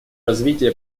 развитие